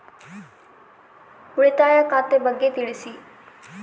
ಉಳಿತಾಯ ಖಾತೆ ಬಗ್ಗೆ ತಿಳಿಸಿ?